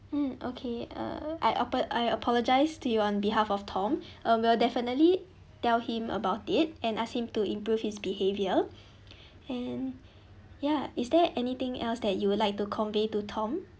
mm okay uh I apo~ I apologize to you on behalf of tom uh we'll definitely tell him about it and ask him to improve his behaviour and ya is there anything else that you would like to convey to tom